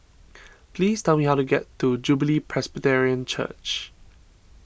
please tell me how to get to Jubilee Presbyterian Church